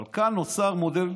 אבל כאן נוצר מודל,